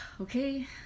okay